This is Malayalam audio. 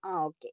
ആ ഓക്കെ